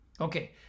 Okay